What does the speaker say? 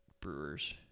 Brewers